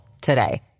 today